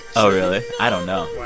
oh, really? i don't know